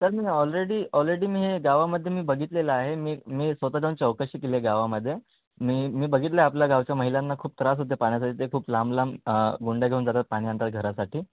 sir मी ना already already मी हे गावामध्ये मी बघितलेलं आहे मी मी स्वत जाऊनची चौकशी केली आहे गावामध्ये मी मी बघितलं आहे आपल्या गावच्या महिलांना खूप त्रास होते पाण्यासाठी ते खूप लांब लांब गुंड्या घेऊन जातात पाणी आणतात घरासाठी